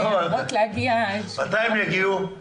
מתי הן יגיעו?